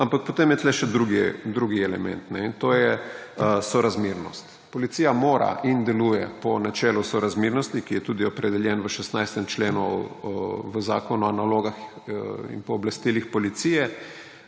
ampak potem je tukaj še drugi element, in to je sorazmernost. Policija mora in deluje po načelu sorazmernosti, ki je tudi opredeljen v 16. členu v Zakonu o nalogah in pooblastilih policije,